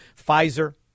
Pfizer